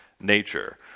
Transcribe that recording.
nature